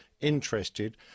interested